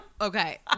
Okay